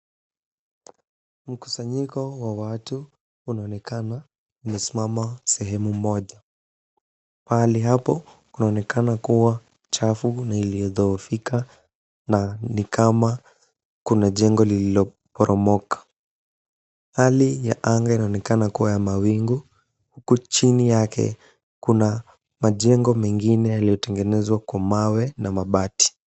Mkusanyiko wa watu unaonekana umesimama sehemu moja. Pahali hapa kunaonekana kuwa chafu na iliyodhoofika na ni kama kuna jengo lililoporomoka. Hali ya anga inaonekana kuwa ya mawingu huku chini yake kuna majengo mengine yaliyotengenezwa kwa mawe na mabati.